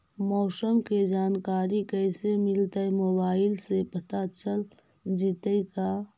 मौसम के जानकारी कैसे मिलतै मोबाईल से पता चल जितै का?